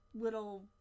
little